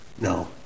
No